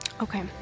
okay